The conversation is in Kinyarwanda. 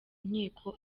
nkiko